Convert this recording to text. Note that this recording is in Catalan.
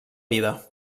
vida